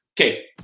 Okay